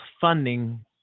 funding